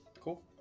cool